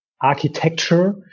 architecture